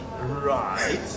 Right